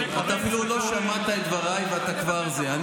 תגיד מה אתה עושה עם זה.